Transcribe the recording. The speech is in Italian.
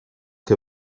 che